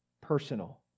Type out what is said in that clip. personal